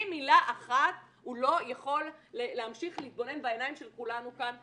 מילה אחת הוא לא יכול להמשיך להתבונן בעיניים של כולנו כאן.